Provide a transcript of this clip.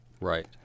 Right